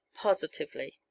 Positively